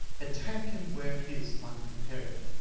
attack him where he is unprepared,